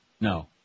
No